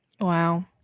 wow